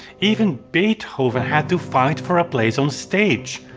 even beethoven had to fight for a place on stage.